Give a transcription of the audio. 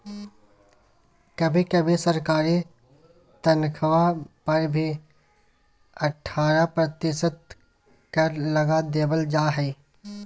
कभी कभी सरकारी तन्ख्वाह पर भी अट्ठारह प्रतिशत कर लगा देबल जा हइ